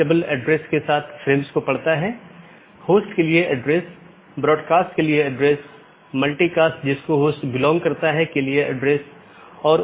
इसलिए इस पर प्रतिबंध हो सकता है कि प्रत्येक AS किस प्रकार का होना चाहिए जिसे आप ट्रैफ़िक को स्थानांतरित करने की अनुमति देते हैं